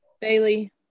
Bailey